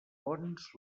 doncs